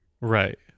right